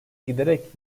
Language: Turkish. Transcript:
giderek